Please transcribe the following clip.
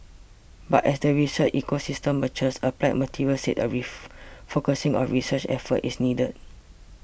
but as the research ecosystem matures Applied Materials said a refocusing of research efforts is needed